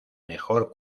mejor